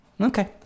Okay